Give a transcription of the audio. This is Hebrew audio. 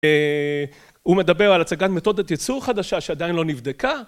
הוא מדבר על הצגת מתודת ייצור חדשה שעדיין לא נבדקה.